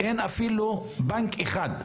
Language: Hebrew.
אין אפילו בנק אחד.